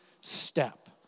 step